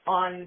on